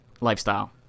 lifestyle